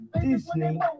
Disney